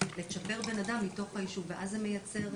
לצ'פר בן אדם מתוך היישוב ואז זה מייצר